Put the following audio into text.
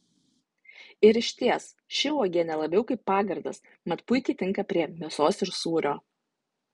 ir išties ši uogienė labiau kaip pagardas mat puikiai tinka prie mėsos ir sūrio